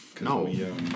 No